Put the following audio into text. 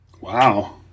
wow